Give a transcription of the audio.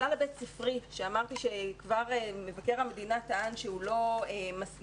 הסל הבית ספרי שאמרתי שמבקר המדינה כבר טען שהוא לא מספק,